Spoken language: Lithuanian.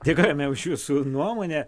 dėkojame už jūsų nuomonę